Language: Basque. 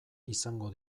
izango